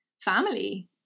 family